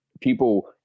people